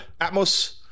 Atmos